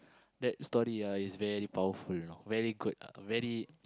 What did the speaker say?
that story ah is very powerful you know very good ah very